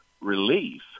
relief